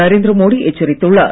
நரேந்திர மோடி எச்சரித்துள்ளார்